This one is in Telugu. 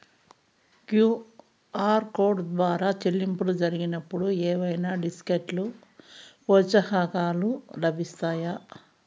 క్యు.ఆర్ కోడ్ ద్వారా చెల్లింపులు జరిగినప్పుడు ఏవైనా డిస్కౌంట్ లు, ప్రోత్సాహకాలు లభిస్తాయా?